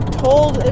told